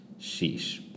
sheesh